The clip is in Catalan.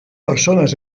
persones